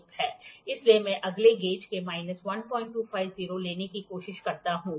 इसलिए मैं अगले गेज से माइनस 1250 लेने की कोशिश करता हूं